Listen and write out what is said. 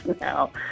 now